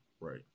right